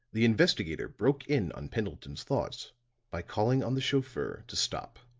the investigator broke in on pendleton's thoughts by calling on the chauffeur to stop.